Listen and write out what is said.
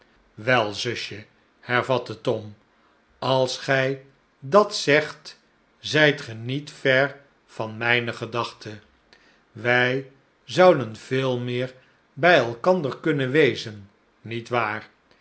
wel zusje hervatte tom als gij dat sleohte tijden zegt zijt ge niet ver van mijne gedachten wij zouden veel meer bij elkander kunnen wezen niet waar